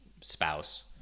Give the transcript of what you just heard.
spouse